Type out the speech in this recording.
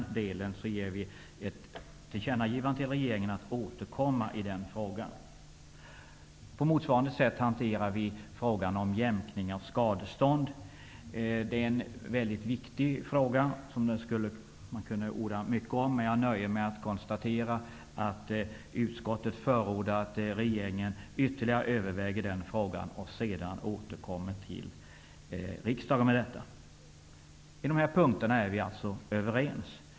Vi ger regeringen ett tillkännagivande att återkomma i den frågan. På motsvarande sätt hanterar vi frågan om jämkning av skadestånd. Frågan är mycket viktig och man skulle kunna orda mycket härom, men jag nöjer mig med att konstatera att utskottet förordar att regeringen ytterligare överväger denna fråga, för att därefter återkomma till riksdagen. På dessa punkter är vi överens.